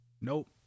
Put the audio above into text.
Nope